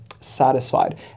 satisfied